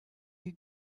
you